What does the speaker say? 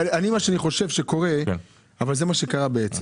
מה שאני חושב שקורה וזה מה שקרה בעצם